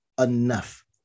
enough